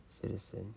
citizen